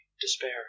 despair